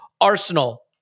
Arsenal